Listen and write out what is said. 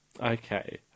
Okay